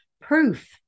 proof